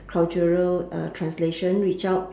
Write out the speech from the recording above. cultural uh translation reach out